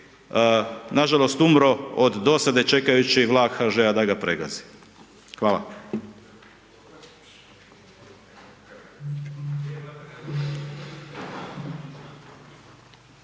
nažalost, umro od dosade, čekajući vlak HŽ-a da ga pregazi. Hvala.